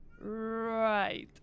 Right